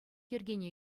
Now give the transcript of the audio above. йӗркене